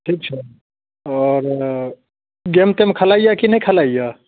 ठीक छै आओर गेन्द तेन्द खलाइया कि नहि खलाइया